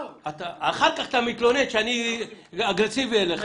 --- אחר כך אתה מתלונן שאני אגרסיבי אליך,